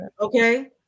okay